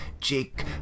Jake